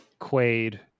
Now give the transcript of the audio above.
Quaid